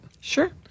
Sure